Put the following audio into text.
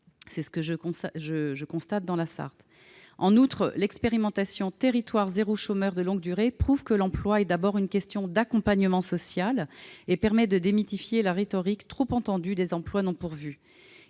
rural. Je le constate dans la Sarthe. En outre, l'expérimentation « Territoires zéro chômeur de longue durée » prouve que l'emploi est d'abord une question d'accompagnement social et permet de démythifier la rhétorique trop entendue des emplois non pourvus.